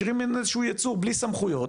משאירים איזה שהוא יצור בלי סמכויות,